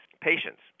patients